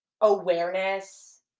awareness